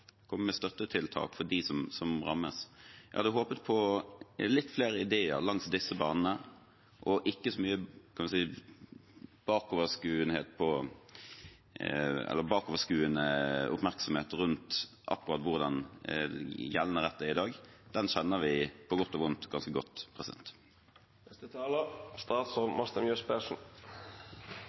med støttetiltak for dem som rammes? Jeg hadde håpet på litt flere ideer langs disse banene og ikke så mye bakoverskuende oppmerksomhet rundt akkurat hvordan gjeldende rett er i dag. Den kjenner vi – på godt og vondt – ganske godt.